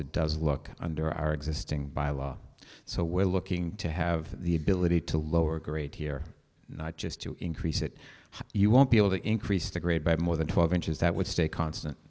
it does look under our existing bylaw so we're looking to have the ability to lower grade here just to increase it you won't be able to increase the grade by more than twelve inches that would stay constant